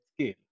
scale